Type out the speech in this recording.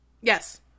Yes